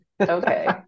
Okay